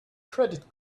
credit